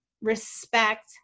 respect